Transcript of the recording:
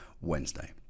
Wednesday